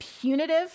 punitive